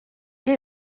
qué